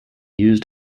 used